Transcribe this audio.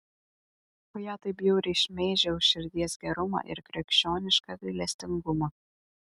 o ją taip bjauriai šmeižia už širdies gerumą ir krikščionišką gailestingumą